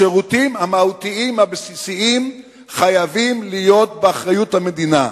השירותים המהותיים הבסיסיים חייבים להיות באחריות המדינה,